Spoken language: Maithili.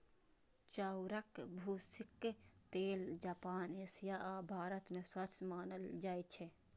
चाउरक भूसीक तेल जापान, एशिया आ भारत मे स्वस्थ मानल जाइ छै